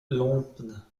lompnes